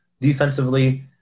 defensively